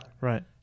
Right